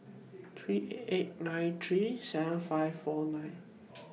three eight nine three seven five four nine